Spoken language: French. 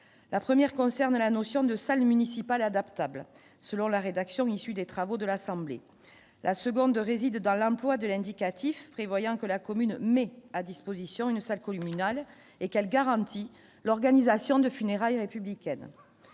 la première concerne la notion de salles municipales adaptable selon la rédaction issue des travaux de l'Assemblée, la seconde réside dans l'emploi de l'indicatif prévoyant que la commune met à disposition une salle communale et quelles garanties l'organisation de funérailles républicaine